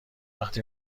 وقتی